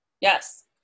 Yes